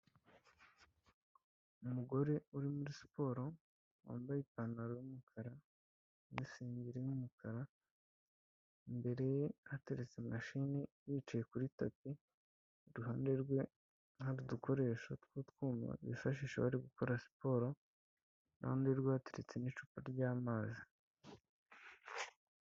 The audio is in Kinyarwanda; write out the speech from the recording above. Umugore uri muri siporo wambaye ipantaro y'umukara n'isengeri y'umukara, imbere ye hateretse mashini yicaye kuri tapi iruhande rwe hari udukoresho tw'utwuma bifashisha bari gukora siporo iruhande rwe hateretse n'icupa ryamazi.